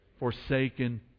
Forsaken